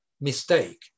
mistake